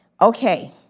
okay